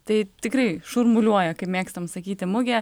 tai tikrai šurmuliuoja kaip mėgstame sakyti mugė